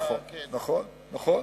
נכון, נכון.